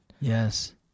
Yes